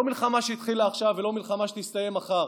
לא מלחמה שהתחילה עכשיו ולא מלחמה שתסתיים מחר,